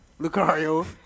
Lucario